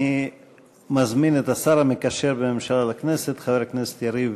אני מזמין את השר המקשר בין הממשלה לכנסת חבר הכנסת יריב